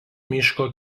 miško